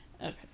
Okay